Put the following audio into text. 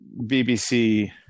BBC